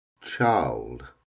Child